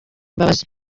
imbabazi